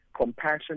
compassion